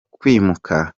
kwimuka